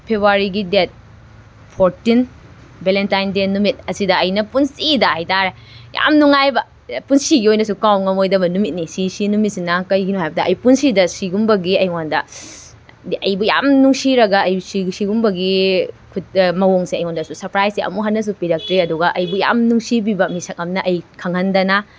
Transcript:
ꯐꯦꯕꯋꯥꯔꯤꯒꯤ date fourteen Valentine day ꯅꯨꯃꯤꯠ ꯑꯁꯤꯗ ꯑꯩꯅ ꯄꯨꯟꯁꯤꯗ ꯍꯥꯏ ꯇꯥꯔꯦ ꯌꯥꯝ ꯅꯨꯡꯉꯥꯏꯕ ꯄꯨꯟꯁꯤꯒꯤ ꯑꯣꯏꯅꯁꯨ ꯀꯥꯎ ꯉꯝꯃꯣꯏꯗꯕ ꯅꯨꯃꯤꯠꯅꯤ ꯁꯤꯁꯤ ꯅꯨꯃꯤꯠꯁꯤꯅ ꯀꯩꯒꯤꯅꯣ ꯍꯥꯏꯕꯗ ꯑꯩ ꯄꯨꯟꯁꯤꯗ ꯁꯤꯒꯨꯝꯕꯒꯤ ꯑꯩꯉꯣꯟꯗ ꯍꯥꯏꯗꯤ ꯑꯩꯕꯨ ꯌꯥꯝꯅ ꯅꯨꯡꯁꯤꯔꯒ ꯑꯩ ꯁꯤ ꯁꯤꯒꯨꯝꯕꯒꯤ ꯃꯑꯣꯡꯁꯦ ꯑꯩꯉꯣꯟꯗꯁꯨ ꯁꯔꯄ꯭ꯔꯥꯁꯁꯦ ꯑꯃꯨꯛ ꯍꯟꯅꯁꯨ ꯄꯤꯔꯛꯇ꯭ꯔꯤ ꯑꯗꯨꯒ ꯑꯩꯕꯨ ꯌꯥꯝ ꯅꯨꯡꯁꯤꯕꯤꯕ ꯃꯤꯁꯛ ꯑꯃꯅ ꯑꯩ ꯈꯪꯍꯟꯗꯅ